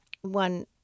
one